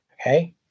okay